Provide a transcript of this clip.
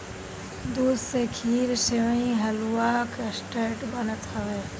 दूध से खीर, सेवई, हलुआ, कस्टर्ड बनत हवे